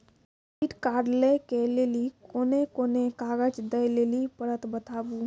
Credit card लै के लेली कोने कोने कागज दे लेली पड़त बताबू?